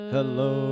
Hello